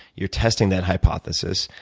you're testing that hypothesis,